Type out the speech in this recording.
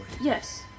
Yes